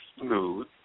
smooth